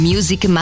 Music